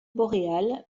boréale